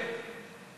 מזהם